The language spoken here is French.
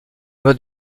mode